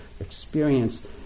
experience